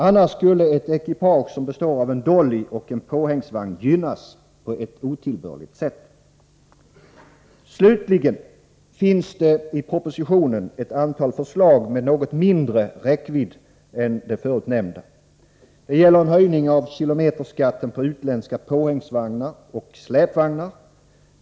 Annars skulle ett ekipage som består av en dolly och en påhängsvagn gynnas på ett otillbörligt sätt. Slutligen finns det i propositionen ett antal förslag med något mindre räckvidd än de förut nämnda. Det gäller en höjning av kilometerskatten på utländska påhängsvagnar och släpvagnar.